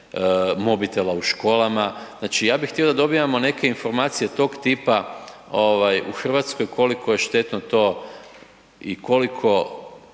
mobitela u školama. Znači ja bih htio da dobivamo neke informacije tog tipa u Hrvatskoj, koliko je štetno to i koliko